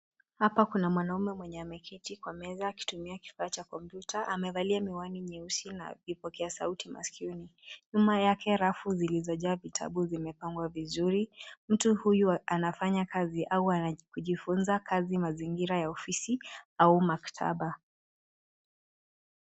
Hapa kuna mwanaume mwenye ameketi kwenye meza akitumia kifaa cha komputa, amevalia miwani mieusi na vipokea sauti maskioni. Nyuma yake rafu zilizojaa vitabu zimepangwa vizuri, mtu huyu anafanya kazi au kujifunza kazi mazingira ya ofisi au maktaba.